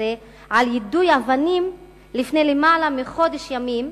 על יידוי אבנים לפני יותר מחודש ימים,